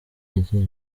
agira